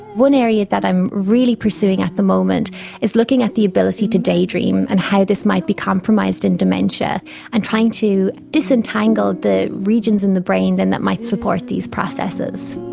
one area that i'm really pursuing at the moment is looking at the ability to daydream and how this might be compromised in dementia and trying to disentangle the regions in the brain and that might support these processes.